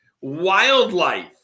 Wildlife